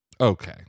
Okay